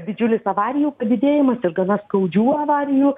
didžiulis avarijų padidėjimas ir gana skaudžių avarijų